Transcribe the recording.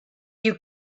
you